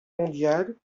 mondiale